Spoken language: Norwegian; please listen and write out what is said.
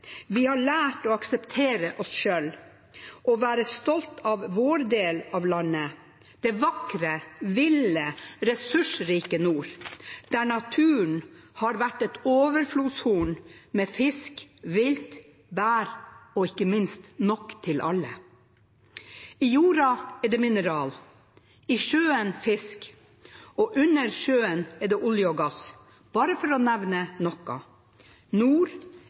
Vi har lært å akseptere oss selv, å være stolt av vår del av landet, det vakre, ville, ressursrike nord, der naturen har vært et overflødighetshorn, med fisk, vilt og bær – og, ikke minst, nok til alle. I jorda er det mineraler, i sjøen fisk, og under sjøen er det olje og gass – bare for å nevne noe.